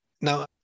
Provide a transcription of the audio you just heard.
now